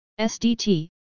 SDT